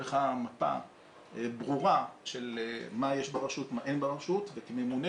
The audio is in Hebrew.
לך מפה ברורה של מה יש ברשות ומה אין ברשות והממונה